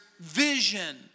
vision